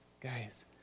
guys